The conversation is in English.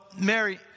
Mary